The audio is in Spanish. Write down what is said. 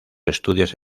estudios